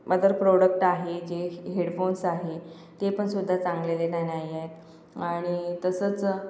mother product आहे जे हे हेडफोन्स आहे तेपणसुद्धा चांगलेआलेला नाही आहेत आणि तसंच